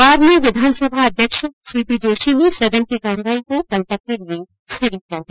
बाद में विधानसभा अध्यक्ष सीपी जोशी ने सदन की कार्यवाही को कल तक के लिये स्थगित कर दिया